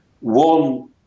One